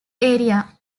area